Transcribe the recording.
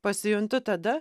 pasijuntu tada